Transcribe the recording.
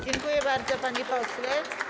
Dziękuję bardzo, panie pośle.